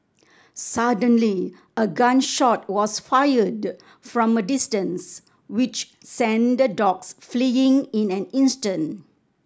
suddenly a gun shot was fired from a distance which sent the dogs fleeing in an instant